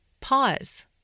Pause